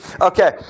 Okay